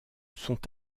sont